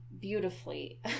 beautifully